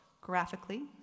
graphically